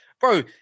bro